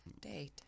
date